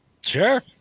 Sure